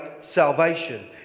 salvation